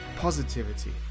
positivity